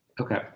Okay